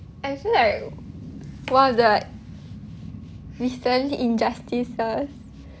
I feel like one of the recent injustices